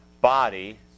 body